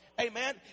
Amen